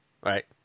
right